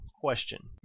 question